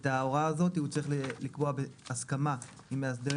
את ההוראה הזאת הוא צריך לקבוע בהסכמה עם מאסדרי